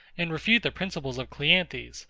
and refute the principles of cleanthes,